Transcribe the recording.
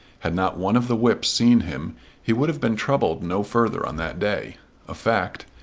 had not one of the whips seen him he would have been troubled no further on that day a fact,